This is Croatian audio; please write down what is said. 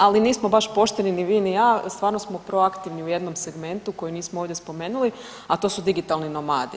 Ali nismo baš pošteni ni vi ni ja, stvarno smo proaktivni u jednom segmentu koji nismo ovdje spomenuli, a to su digitalni nomadi.